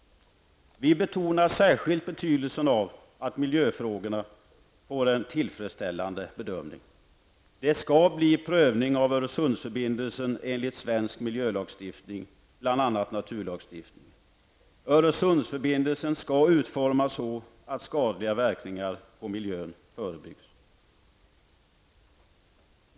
Vi betoanr särskilt betydelsen av att det görs en tillfredsställande bedömning av miljöfrågorna. Det skall bli en prövning av Öresundsförbindelsen enligt svensk miljölagstiftning, bl.a. naturlagstiftningen. Öresundsförbindelsen skall utformas så att skadliga verkningar på miljön förebyggs.